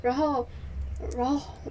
然后然后